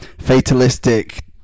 fatalistic